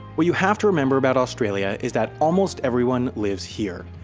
what you have to remember about australia is that almost everyone lives here.